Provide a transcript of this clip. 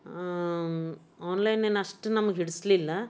online ಏನು ಅಷ್ಟು ನಮ್ಗೆ ಹಿಡಿಸ್ಲಿಲ್ಲ